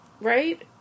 right